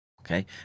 Okay